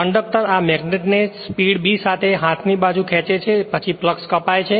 conductor આ magnet ને speed B સાથે હાથની બાજુ ખેંચે છે પછી ફ્લક્ષ કપાય છે